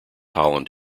holland